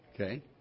okay